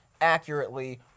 accurately